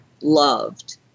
loved